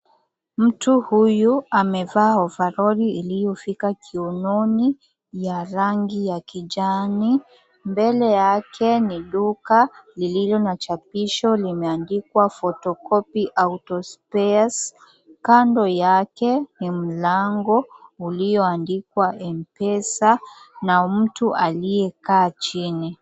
Mtu huyu amevaa ovaroli iliyofika kiunoni ya rangi ya kijani. Mbele yake ni duka lililo na chapisho limeandikwa, Photocopy, Auto Spares. Kando yake ni mlango ulioandikwa, Mpesa, na mtu aliyekaa chini.